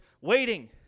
waiting